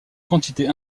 quantité